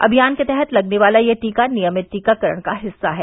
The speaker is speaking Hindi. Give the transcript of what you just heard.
अभियान के तहत लगने वाला यह टीका नियमित टीकाकरण का हिस्सा है